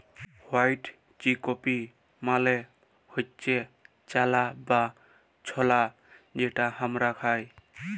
white chickpea মালে হচ্যে চালা বা ছলা যেটা হামরা খাই